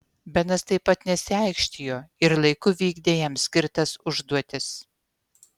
benas taip pat nesiaikštijo ir laiku vykdė jam skirtas užduotis